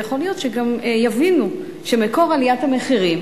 ויכול להיות שגם יבינו שמקור עליית המחירים